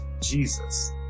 Jesus